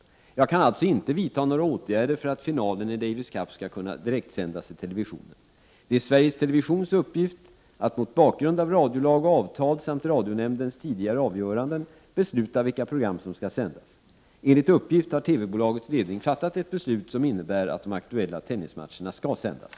Jag kan alltså inte vidta några åtgärder för att finalen i Davis Cup skall kunna direktsändas i televisionen. Det är Sveriges televisions uppgift att — mot bakgrund av radiolag och avtal samt radionämndens tidigare avgöranden -— besluta vilka program som skall sändas. Enligt uppgift har TV-bolagets ledning fattat ett beslut, som innebär att de aktuella tennismatcherna skall sändas.